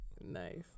Nice